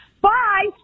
Bye